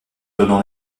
donnant